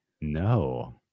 No